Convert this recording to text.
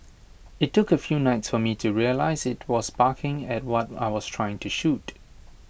IT took A few nights for me to realise IT was barking at what I was trying to shoot